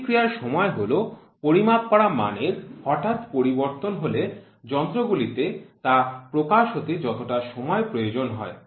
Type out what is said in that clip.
প্রতিক্রিয়ার সময় হল পরিমাপ করা মানের হঠাৎ পরিবর্তন হলে যন্ত্রগুলিতে তা প্রকাশ হতে যতটা সময় প্রয়োজন হয়